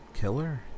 killer